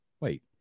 Wait